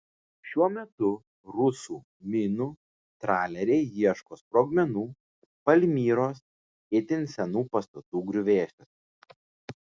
šiuo metu rusų minų traleriai ieško sprogmenų palmyros itin senų pastatų griuvėsiuose